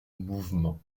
mouvement